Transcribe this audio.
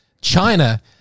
China